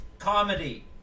comedy